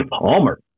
Palmer